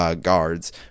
Guards